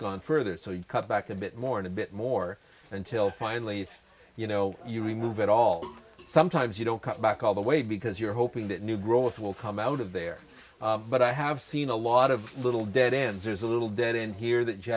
gone further so you cut back a bit more and a bit more until finally you know you remove it all sometimes you don't come back all the way because you're hoping that new growth will come out of there but i have seen a lot of little dead ends there's a little dead in here that you